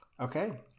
okay